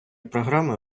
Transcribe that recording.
програми